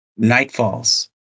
nightfalls